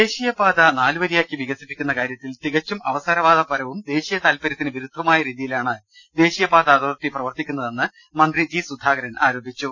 ദേശീയപാത നാലുവരിയാക്കി വികസിപ്പിക്കുന്ന കാര്യത്തിൽ തികച്ചും അവസരവാദപരവും ദേശീയ താൽപര്യത്തിന് വിരുദ്ധവുമായ രീതിയിലാണ് ദേശീയപാത അതോറിറ്റി പ്രവർത്തിക്കുന്നതെന്ന് ് മന്ത്രി ജി സുധാകരൻ ആരോപിച്ചു